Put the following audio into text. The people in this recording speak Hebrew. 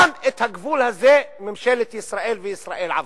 גם את הגבול הזה ממשלת ישראל עברה.